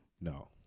No